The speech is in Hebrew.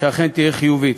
שאכן תהיה חיובית.